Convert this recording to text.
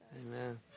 Amen